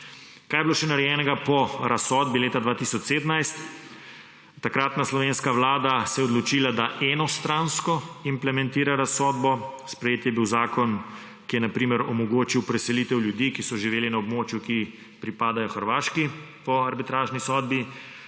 Kaj je bilo še narejenega po razsodbi leta 2017? Takratna slovenska vlada se je odločila, da enostransko implementira razsodbo. Sprejet je bil zakon, ki je na primer omogočil preselitev ljudi, ki so živeli na območju, ki pripadajo Hrvaški po arbitražni sodbi.